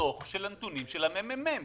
בדוח הנתונים של מרכז המחקר והמידע של הכנסת.